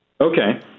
Okay